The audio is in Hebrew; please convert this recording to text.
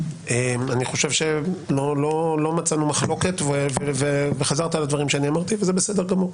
אני חושב שלא מצאנו מחלוקת וחזרת על הדברים שאני אמרתי וזה בסדר גמור.